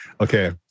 Okay